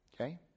Okay